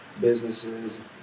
businesses